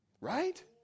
right